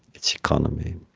it's economy.